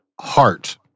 Heart